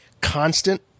constant